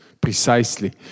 precisely